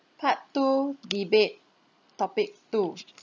part two debate topic two